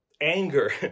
anger